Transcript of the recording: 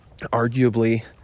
arguably